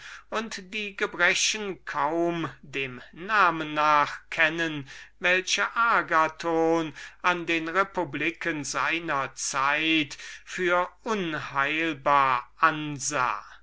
und die gebrechen kaum dem namen nach kennen welche agathon an den republiken seiner zeit für unheilbar angesehen